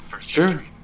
Sure